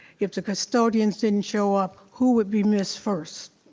if the custodians didn't show up, who would be missed first?